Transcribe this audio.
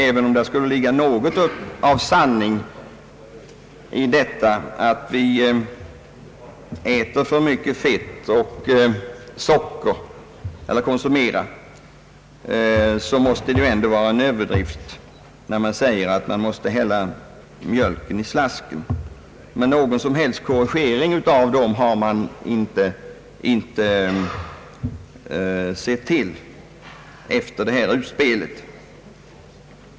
Även om det skulle ligga något av sanning i talet om att vi konsumerar för mycket fett och socker, måste det ju ändå vara en överdrift att påstå att vi måste hälla mjölken i slasken. Någon som helst korrigering har jag inte sett till efter det utspelet.